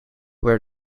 where